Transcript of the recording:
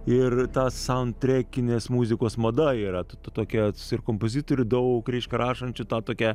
ir ta saundtrekinės muzikos mada yra tokia ir kompozitorių daug reiškia rašančių tą tokią